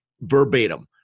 verbatim